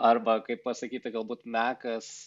arba kaip pasakyti galbūt mekas